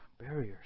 barriers